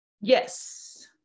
Yes